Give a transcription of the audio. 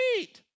eat